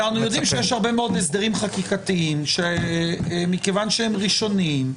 יש הרבה מאוד הסדרים חקיקתיים שמכיוון שהם ראשוניים,